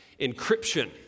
encryption